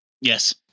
Yes